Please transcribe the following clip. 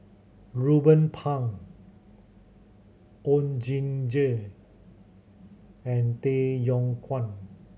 Ruben Pang Oon Jin Gee and Tay Yong Kwang